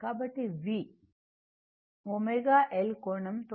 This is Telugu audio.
కాబట్టి V ω L కోణం 90o